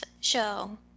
show